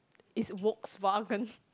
is Volkswagen